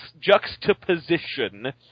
juxtaposition